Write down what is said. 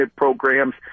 programs